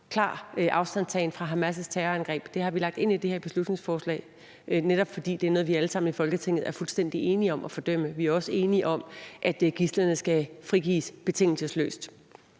klar afstandtagen fra Hamas' terrorangreb. Det har vi lagt ind i det her beslutningsforslag, netop fordi det er noget, vi alle sammen i Folketinget er fuldstændig enige om at fordømme. Vi er også enige om, at gidslerne skal frigives betingelsesløst.